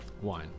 one